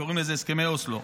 קוראים לזה "הסכמי אוסלו".